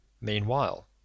Meanwhile